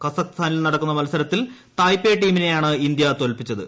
കസാഖ്സ്ഥാനിൽ നടന്ന മത്സരത്തിൽ തായ്പേയ് ടീമിനെയാണ് ഇന്ത്യ തോൽപ്പിച്ചത്